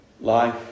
Life